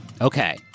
Okay